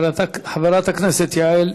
חברת הכנסת יעל,